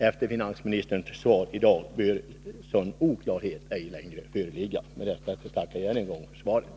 Efter finansministerns svar i dag bör sådan oklarhet ej längre föreligga. Med detta tackar jag än en gång för svaret.